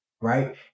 Right